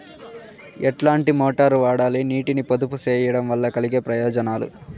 ఎట్లాంటి మోటారు వాడాలి, నీటిని పొదుపు సేయడం వల్ల కలిగే ప్రయోజనాలు?